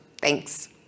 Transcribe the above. Thanks